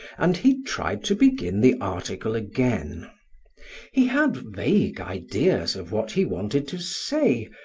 and he tried to begin the article again he had vague ideas of what he wanted to say,